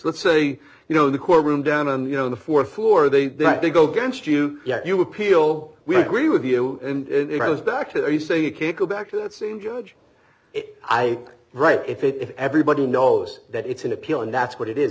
let's say you know the court room down on you know the fourth floor they have to go against you yet you appeal we agree with you and it was back to you so you can't go back to that same judge it i right if it if everybody knows that it's an appeal and that's what it is